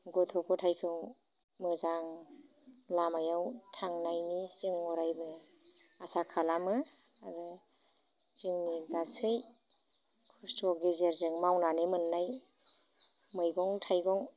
गथ' गथायखौ मोजां लामायाव थांनायनि जों अरायबो आसा खालामो आरो जोंनि गासै खस्थ' गेजेरजों मावनानै मोननाय मैगं थाइगं